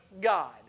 God